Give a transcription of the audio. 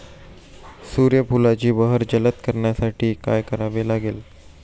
सूर्यफुलाची बहर जलद करण्यासाठी काय करावे लागेल?